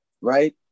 right